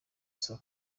saa